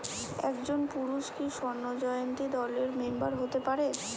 একজন পুরুষ কি স্বর্ণ জয়ন্তী দলের মেম্বার হতে পারে?